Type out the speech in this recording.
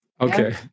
Okay